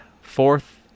fourth